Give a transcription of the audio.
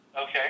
Okay